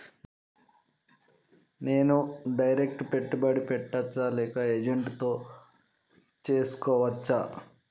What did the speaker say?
నేను డైరెక్ట్ పెట్టుబడి పెట్టచ్చా లేక ఏజెంట్ తో చేస్కోవచ్చా?